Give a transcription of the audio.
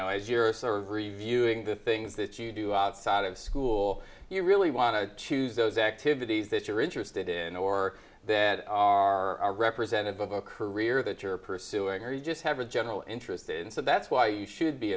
know is your server reviewing the things that you do outside of school you really want to choose those activities that interested you're did in or that are representative of a career that you're pursuing or you just have a general interest in so that's why you should be